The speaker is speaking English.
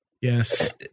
Yes